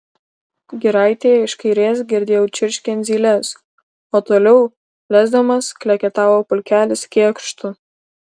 giraitėje iš kairės girdėjau čirškiant zyles o toliau lesdamas kleketavo pulkelis kėkštų